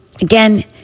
Again